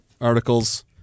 articles